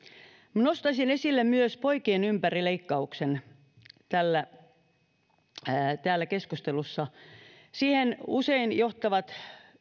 nostaisin esille myös poikien ympärileikkauksen täällä keskustelussa usein siihen johtavat